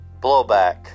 blowback